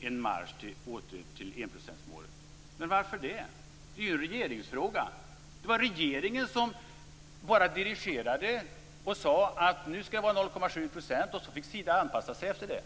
en marsch mot enprocentsmålet. Varför det? Det är ju en regeringsfråga. Det var regeringen som dirigerade och sade att biståndet skulle ligga på 0,7 %, och sedan fick Sida anpassa sig efter det.